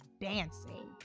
dancing